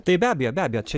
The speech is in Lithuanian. tai be abejo be abejo čia